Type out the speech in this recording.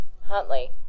Huntley